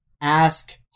ask